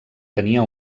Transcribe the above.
tenia